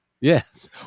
Yes